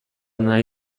nahi